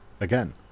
again